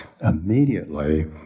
immediately